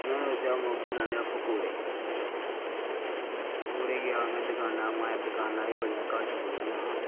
में सोचेआ महां बनान्ने आं पकौड़े में गेआ पकौड़े गेआ में दकाना पर दकानां बी बड़ियां घट्ट खुलदियां हां